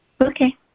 Okay